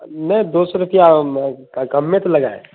نہیں دو سو روپیہ کم میں تو لگائے